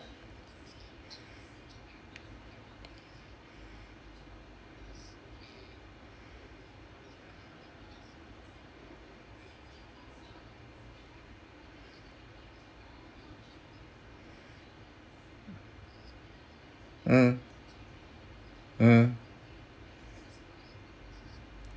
mm mm